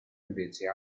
invece